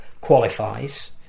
qualifies